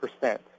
percent